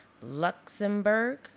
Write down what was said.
Luxembourg